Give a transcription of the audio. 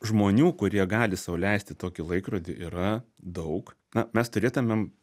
žmonių kurie gali sau leisti tokį laikrodį yra daug na mes turėtumėm